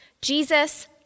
Jesus